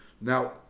Now